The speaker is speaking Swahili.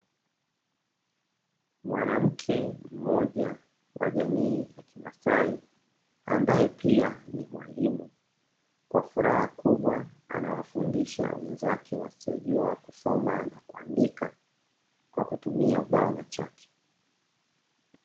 Mwanamke mmoja wa jamii ya kimasai, ambaye pia ni mwalimu, kwa furaha kubwa anawafundisha wenzake wasiojua kusoma kuandika, kwa kutumia ubao na chaki.